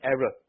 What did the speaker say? error